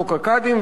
חוק הקאדים,